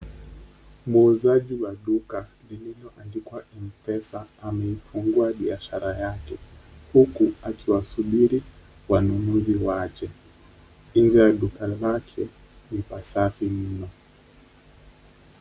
Muuzaji wa duka lililoandikwa Mpesa amefungua biashara yake huku akiwasubiri wanunuzi wake, nje ya duka lake ni pasafi mno.